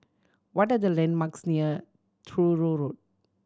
what are the landmarks near Truro Road